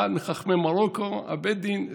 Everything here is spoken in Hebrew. אחד מחכמי מרוקו בבית הדין,